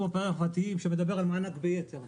הפערים החברתיים שמדבר על מענק ביתר.